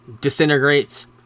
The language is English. disintegrates